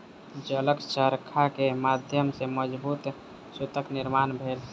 जलक चरखा के माध्यम सॅ मजबूत सूतक निर्माण भेल